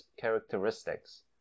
characteristics